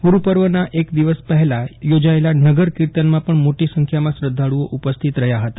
ગુરૂ પર્વના એક દિવસ પહેલા યોજાયેલા નગર કીર્તનમાં પણ મોટી સંખ્યામાં શ્રદ્વાળુઓ ઉપસ્થિત રહ્યા હતા